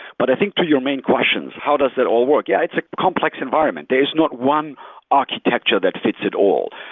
but i think to your main question, how does it all work? yeah, it's a complex environment. there is not one architecture that fits it all.